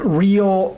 real